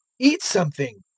eat something